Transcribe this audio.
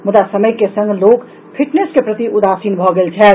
मुदा समय के संग लोक फिटनेस के प्रति उदासीन भऽ गेल छथि